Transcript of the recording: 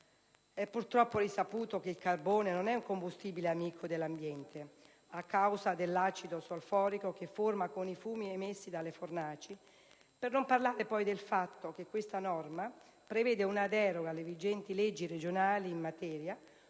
È purtroppo risaputo che il carbone non è un combustibile amico dell'ambiente, a causa dell'acido solforico che forma con i fumi emessi dalle fornaci, per non parlare del fatto che tale norma prevede una deroga alle vigenti leggi regionali in materia,